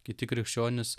kiti krikščionys